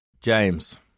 James